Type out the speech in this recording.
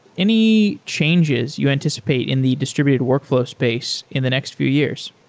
any changes you anticipate in the distributed workflow space in the next few years?